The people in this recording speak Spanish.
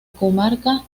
comarca